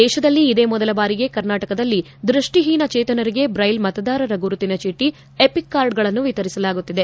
ದೇಶದಲ್ಲಿ ಇದೇ ಮೊದಲ ಬಾರಿಗೆ ಕರ್ನಾಟಕದಲ್ಲಿ ದೃಷ್ಷಿಹೀನ ಚೇತನರಿಗೆ ಬ್ರೈಲ್ ಮತದಾರರ ಗುರುತಿನ ಚೀಟಿ ಎಪಿಕ್ ಕಾರ್ಡ್ಗಳನ್ನು ವಿತರಿಸಲಾಗುತ್ತಿದೆ